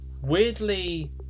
weirdly